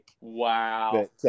wow